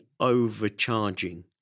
overcharging